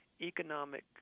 economic